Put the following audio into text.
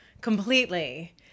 completely